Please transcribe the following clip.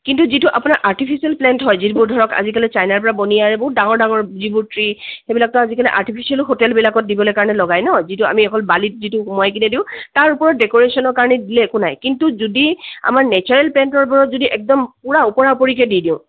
কিন্তু যিটো আপোনাৰ আৰ্টিফিচিয়েল প্লেণ্ট হয় যিবোৰ ধৰক আজিকালি চাইনাৰ পৰা বনি ইয়াৰে বহুত ডাঙৰ ডাঙৰ যিবোৰ ট্ৰী সেইবিলাকটো আজিকালি আৰ্টিফিচিয়েলো হ'ল হোটেলবিলাকত দিবলৈ কাৰণে লগায় ন যিটো আমি অকল বালিত যিটো সুমুৱাই কিনে দিওঁ তাৰ ওপৰত ডেকৰেশ্যনৰ কাৰণে দিলে একো নাই কিন্তু যদি আমাৰ নেচাৰেল প্লেণ্টৰ ওপৰত যদি একদম পূৰা ওপৰা ওপৰিকে দি দিওঁ